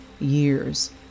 years